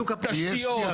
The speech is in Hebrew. תשתיות,